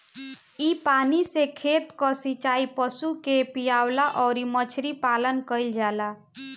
इ पानी से खेत कअ सिचाई, पशु के पियवला अउरी मछरी पालन कईल जाला